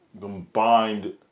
combined